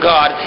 God